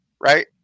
right